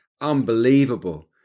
unbelievable